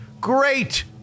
Great